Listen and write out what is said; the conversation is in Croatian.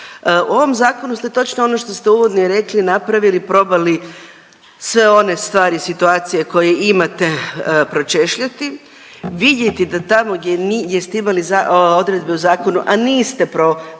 Ovom zakonu ste točno ono što ste uvodno i rekli napravili probali sve one stvari, situacije koje imate pročešljati, vidjeti da tamo gdje ste imali odredbe u zakonu a niste provodili